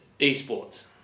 esports